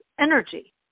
energy